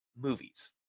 movies